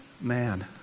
man